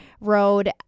Road